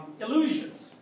illusions